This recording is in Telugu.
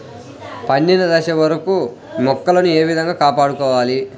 పండిన దశ వరకు మొక్కలను ఏ విధంగా కాపాడుకోవాలి?